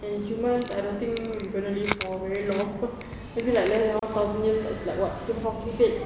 and humans I don't think we're gonna live for very long maybe left one thousand years like what to